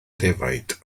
defaid